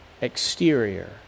exterior